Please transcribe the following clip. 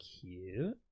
cute